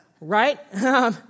right